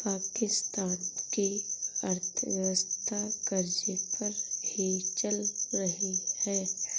पाकिस्तान की अर्थव्यवस्था कर्ज़े पर ही चल रही है